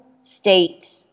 state